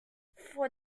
for